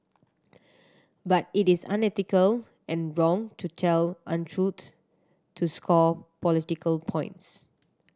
but it is unethical and wrong to tell untruths to score political points